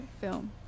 film